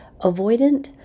Avoidant